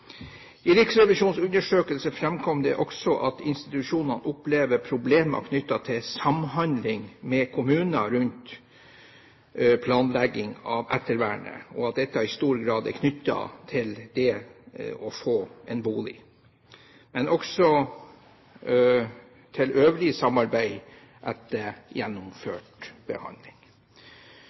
I Riksrevisjonens undersøkelse framkommer det også at institusjonene opplever problemer knyttet til samhandling med kommuner rundt planlegging av ettervernet, og at dette i stor grad er knyttet til det å få en bolig, men også til øvrig samarbeid etter gjennomført behandling.